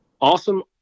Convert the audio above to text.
Awesome